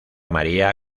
maría